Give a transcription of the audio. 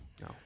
no